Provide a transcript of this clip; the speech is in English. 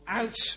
out